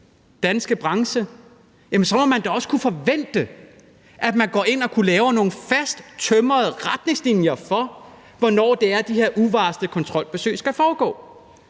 danske branche, så må man da også kunne forvente, at der bliver lavet nogle fasttømrede retningslinjer for, hvornår det er, de her uvarslede kontrolbesøg skal foregå.